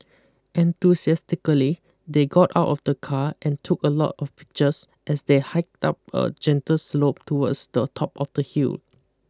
enthusiastically they got out of the car and took a lot of pictures as they hiked up a gentle slope towards the top of the hill